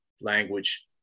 language